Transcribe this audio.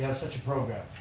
you know such a program.